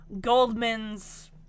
goldman's